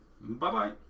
Bye-bye